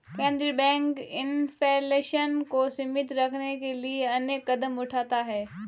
केंद्रीय bank inflation को सीमित रखने के लिए अनेक कदम उठाता है